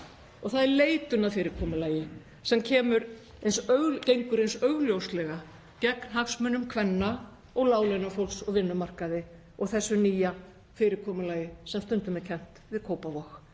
Það er leitun að fyrirkomulagi sem gengur eins augljóslega gegn hagsmunum kvenna og láglaunafólks á vinnumarkaði og þetta nýja fyrirkomulag sem stundum er kennt við Kópavog.